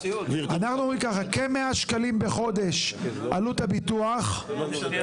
כ-100 שקלים בחודש עלות הביטוח לעובד,